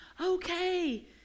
Okay